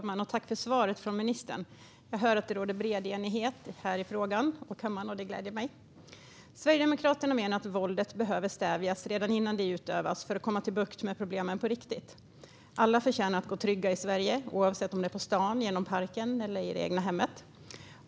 Fru talman! Tack för svaret, ministern! Jag hör att det råder bred enighet i frågan här i kammaren, och det gläder mig. Sverigedemokraterna menar att våldet behöver stävjas redan innan det utövas för att man ska få bukt med problemen på riktigt. Alla förtjänar att gå trygga i Sverige oavsett om det är på stan, genom parken eller i det egna hemmet.